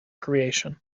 creation